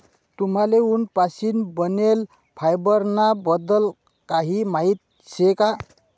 तुम्हले उंट पाशीन बनेल फायबर ना बद्दल काही माहिती शे का?